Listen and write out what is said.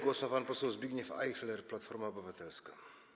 Głos ma pan poseł Zbigniew Ajchler, Platforma Obywatelska.